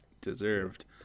deserved